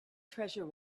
treasure